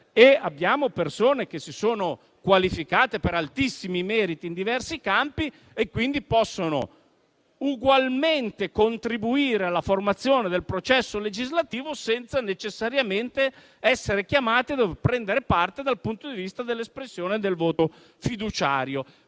abbiamo persone che si sono qualificate per altissimi meriti in diversi campi - possa ugualmente contribuire alla formazione del processo legislativo, senza necessariamente essere chiamata a prendere parte all'espressione del voto fiduciario.